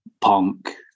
Punk